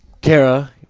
Kara